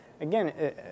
Again